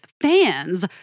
fans